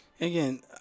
Again